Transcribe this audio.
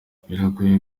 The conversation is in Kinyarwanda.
biragoye